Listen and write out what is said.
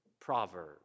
proverb